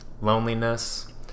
loneliness